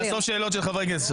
רגע, נאסוף שאלות של חברי הכנסת.